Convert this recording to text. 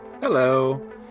Hello